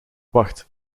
wacht